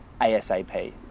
ASAP